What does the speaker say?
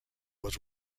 was